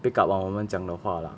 pick up on 我们讲的话 lah